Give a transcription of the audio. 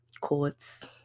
courts